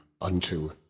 unto